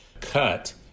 cut